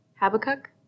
Habakkuk